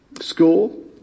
school